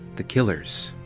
the killers.